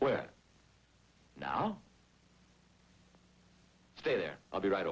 where now stay there i'll be right